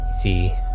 see